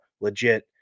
legit